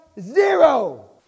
ZERO